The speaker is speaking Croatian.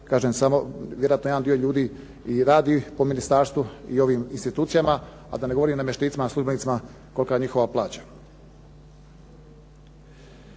kažem vjerojatno jedan dio ljudi i radi po ministarstvu i ovim institucijama, a da ne govorim o namještenicima, službenicima kolika je njihova plaća.